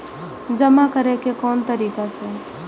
जमा करै के कोन तरीका छै?